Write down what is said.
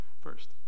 first